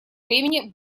времени